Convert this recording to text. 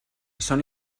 són